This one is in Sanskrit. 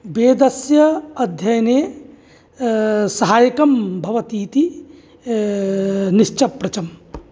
वेदस्य अध्ययने सहायकं भवति इति निश्चप्रचम्